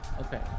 Okay